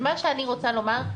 אז מה שאני רוצה לומר,